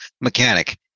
mechanic